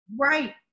Right